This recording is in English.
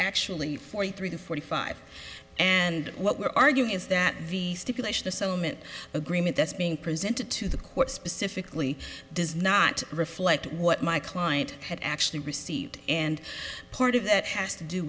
actually forty three to forty five and what we're arguing is that the stipulation the settlement agreement that's being presented to the court specifically does not reflect what my client had actually received and part of that has to do